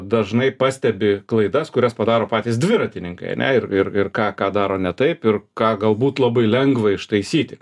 dažnai pastebi klaidas kurias padaro patys dviratininkai ane ir ir ir ką ką daro ne taip ir ką galbūt labai lengva ištaisyti